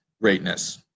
greatness